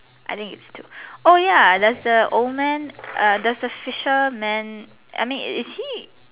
I think it's two oh ya there's the old man uh there's a fisherman I mean is he